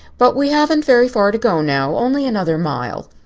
but we haven't very far to go now only another mile.